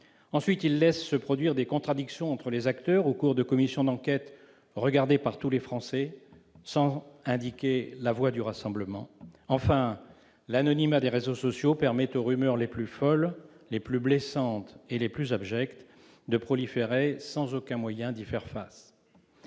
Ensuite, il laisse se produire des contradictions entre les acteurs au cours de commissions d'enquête regardées par tous les Français, sans indiquer la voie du rassemblement. Enfin, l'anonymat des réseaux sociaux permet aux rumeurs les plus folles, les plus blessantes et les plus abjectes de proliférer sans aucun moyen d'y faire face.